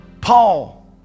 Paul